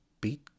Beat